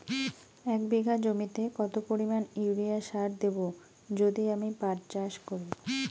এক বিঘা জমিতে কত পরিমান ইউরিয়া সার দেব যদি আমি পাট চাষ করি?